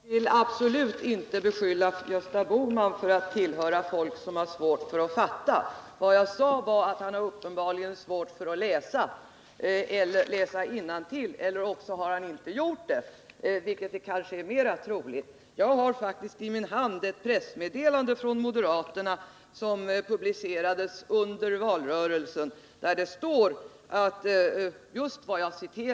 Fru talman! Jag vill absolut inte beskylla Gösta Bohman för att tillhöra dem som har svårt för att fatta. Vad jag sade var att han uppenbarligen har svårt för att läsa innantill eller att han inte gjort det — det senare är kanske mer Nr 49 troligt. Jag har faktiskt i min hand ett pressmeddelande från moderaterna, Tisdagen den vilket publicerats under valrörelsen och i vilket det står just vad jag citerade.